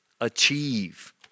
achieve